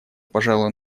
пожалуй